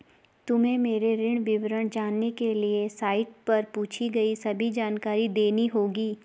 तुम्हें मेरे ऋण विवरण जानने के लिए साइट पर पूछी गई सभी जानकारी देनी होगी